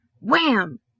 wham